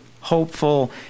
hopeful